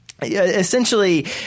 essentially